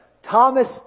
Thomas